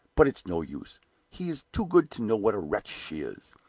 but it's no use he is too good to know what a wretch she is.